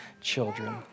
children